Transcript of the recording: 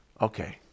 Okay